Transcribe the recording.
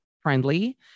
friendly